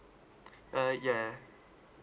uh yeah